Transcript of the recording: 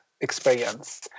experience